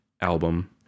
album